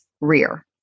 rear